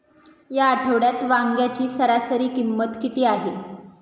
या आठवड्यात वांग्याची सरासरी किंमत किती आहे?